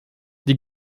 die